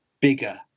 bigger